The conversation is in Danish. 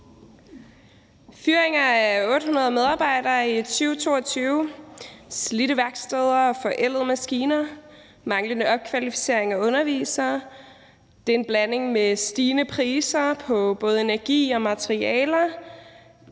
Fyringen af 800 medarbejdere i 2022, slidte værksteder og forældede maskiner, manglende opkvalificering af undervisere, stigende priser på både energi og materialer,